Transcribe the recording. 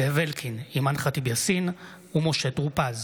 זאב אלקין, אימאן ח'טיב יאסין ומשה טור פז